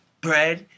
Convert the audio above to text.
bread